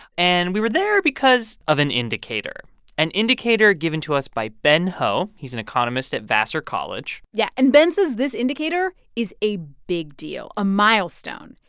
and we were there because of an indicator an indicator given to us by ben ho. he's an economist at vassar college yeah. and ben says this indicator is a big deal, a milestone.